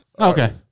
Okay